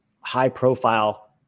high-profile